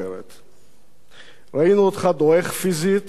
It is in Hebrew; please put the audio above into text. ראינו אותך דועך פיזית, אך איתן רוחנית.